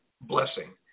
blessing